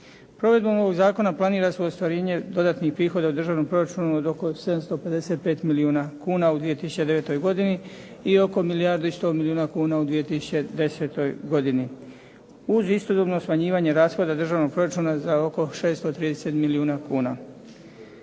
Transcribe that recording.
Provedbom ovog zakona planira se ostvarenje dodatnih prihoda u državnom proračunu od oko 755 milijuna kuna u 2009. godini i oko milijardu i 100 milijuna kuna u 2010. godini, uz istodobno smanjivanje rashoda državnog proračuna za oko 630 milijuna kuna.